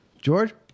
George